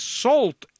salt